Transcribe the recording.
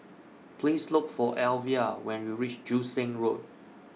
Please Look For Alvia when YOU REACH Joo Seng Road